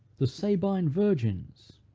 the sabine virgins,